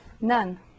none